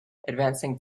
advancing